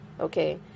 Okay